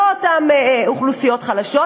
לא אותן אוכלוסיות חלשות,